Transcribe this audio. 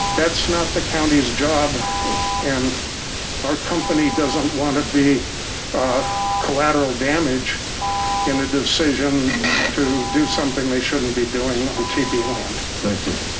that's not the county's job and our company doesn't want to be a collateral damage in a decision to do something they shouldn't be doing on tp land. thank you.